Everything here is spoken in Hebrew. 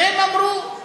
והם אמרו,